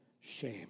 shame